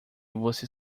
você